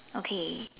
okay